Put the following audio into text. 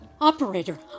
Operator